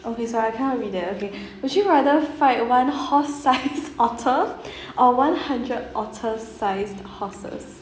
okay so I cannot read that okay would you rather fight one horse-sized otter or one hundred otter-sized horses